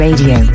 Radio